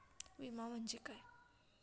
विमा म्हणजे काय?